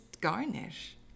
garnish